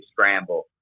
scramble